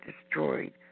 destroyed